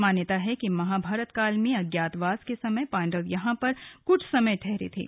मान्यता है कि महाभारत काल में अज्ञात वास के समय पांडव यहां पर कुछ समय ठहरे थे